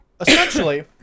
essentially